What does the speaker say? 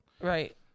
Right